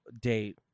date